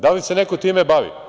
Da li se neko time bavi?